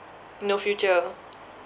no future